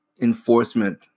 Enforcement